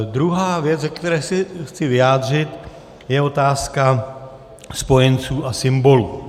Druhá věc, ke které se chci vyjádřit, je otázka spojenců a symbolů.